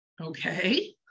Okay